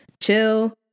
chill